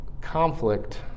Conflict